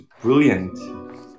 brilliant